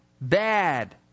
bad